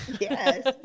Yes